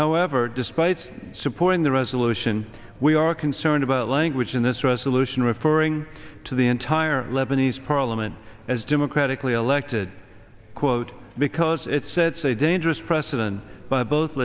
however despite supporting the resolution we are concerned about language in this resolution referring to the entire lebanese parliament as democratically elected quote because it sets a dangerous precedent by both